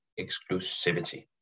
exclusivity